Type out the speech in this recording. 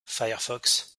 firefox